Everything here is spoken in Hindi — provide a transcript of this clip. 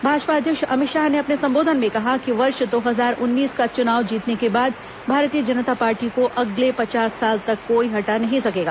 भाजपा अध्यक्ष अमित शाह ने अपने संबोधन में कहा कि वर्ष दो हजार उन्नीस का चुनाव जीतने के बाद भारतीय जनता पार्टी को अगले पचास साल तक कोई हटा नहीं सकेगा